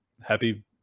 Happy